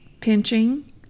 Pinching